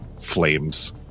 flames